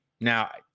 Now